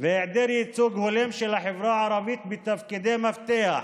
והיעדר ייצוג הולם של החברה הערבית בתפקידי מפתח,